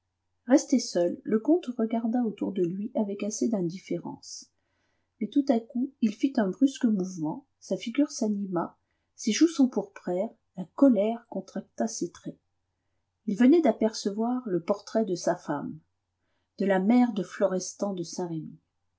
resté seul le comte regarda autour de lui avec assez d'indifférence mais tout à coup il fit un brusque mouvement sa figure s'anima ses joues s'empourprèrent la colère contracta ses traits il venait d'apercevoir le portrait de sa femme de la mère de florestan de saint-remy